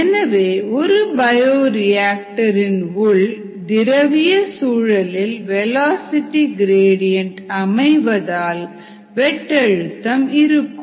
எனவே ஒரு பயோரியாக்டர் இன் உள் திரவிய சூழலில் வெலாசிட்டி க்ரேடியன்ட் அமைவதால் வெட்டழுத்தம் இருக்கும்